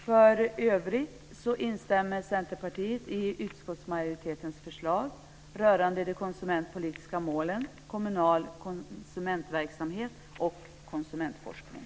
För övrigt instämmer Centerpartiet i utskottsmajoritetens förslag rörande de konsumentpolitiska målen, kommunal konsumentverksamhet och konsumentforskning.